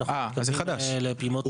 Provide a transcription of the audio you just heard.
ואנחנו מתקדמים לפעימות נוספות.